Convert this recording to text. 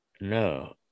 No